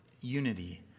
unity